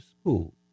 school